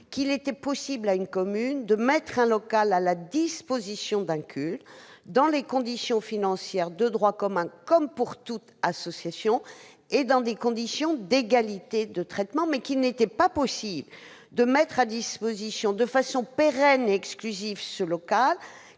qu'il était possible à une commune de mettre un local à la disposition d'un culte dans les conditions financières de droit commun, comme pour toute association, et dans des conditions d'égalité de traitement, mais qu'il n'était pas possible de mettre à disposition, de façon pérenne et exclusive, ce local,